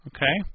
Okay